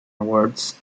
awards